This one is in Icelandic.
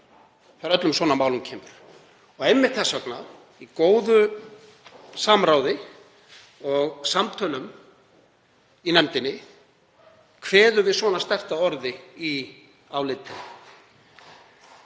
að öllum svona málum kemur. Einmitt þess vegna, í góðu samráði og samtölum í nefndinni, kveðum við svona sterkt að orði í álitinu.